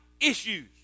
issues